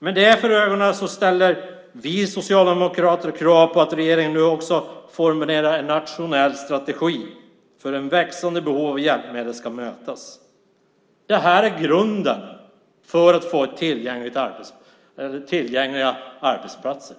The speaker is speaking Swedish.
Med det för ögonen ställer vi socialdemokrater krav på att regeringen också formulerar en nationell strategi för hur det växande behovet av hjälpmedel ska mötas. Det här är grunden för att få tillgängliga arbetsplatser.